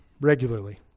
regularly